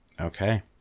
Okay